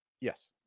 Yes